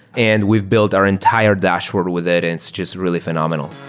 and we've built our entire dashboard with it and it's just really phenomenal.